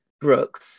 Brooks